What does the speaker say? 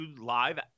live –